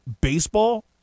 baseball